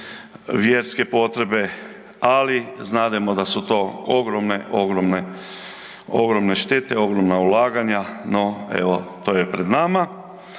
vjerske potrebe ali znademo da su to ogromne, ogromne, ogromne štete, ogromna ulaganja no evo, to je pred nama.